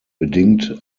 bedingt